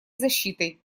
защитой